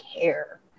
care